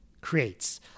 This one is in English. creates